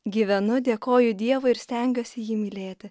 gyvenu dėkoju dievui ir stengiuosi jį mylėti